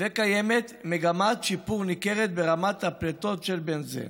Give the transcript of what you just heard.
וקיימת מגמת שיפור ניכרת ברמת הפליטות של בנזן.